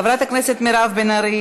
חברת הכנסת מירב בן ארי,